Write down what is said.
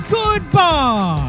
goodbye